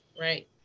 right